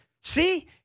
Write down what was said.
See